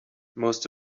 most